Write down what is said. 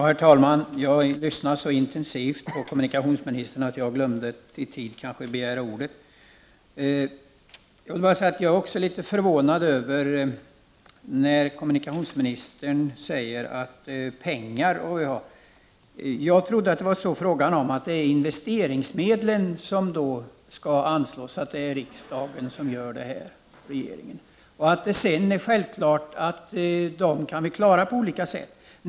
Herr talman! Jag lyssnade så intensivt på kommunikationsministern att jag kanske glömde att i tid begära ordet. Även jag blev litet förvånad över vad kommunikationsministern sade om pengar. Jag trodde att det var riksdagen som skulle anslå investeringsmedel, och inte regeringen. Självfallet kan vi klara dessa investeringar på olika sätt.